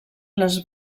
les